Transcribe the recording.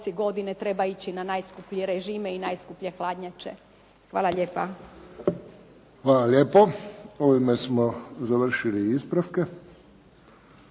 Josip (HSS)** Hvala lijepo. Ovime smo završili ispravke.